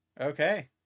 Okay